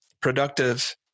productive